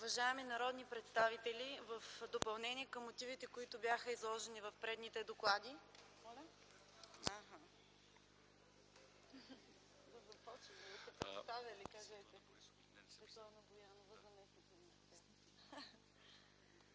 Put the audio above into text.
Уважаеми народни представители, в допълнение на мотивите, които бяха изложени в докладите